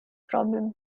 problem